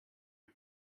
you